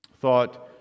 thought